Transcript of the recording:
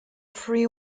free